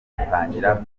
atangira